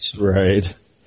Right